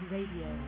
Radio